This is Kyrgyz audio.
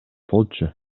болчу